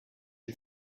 you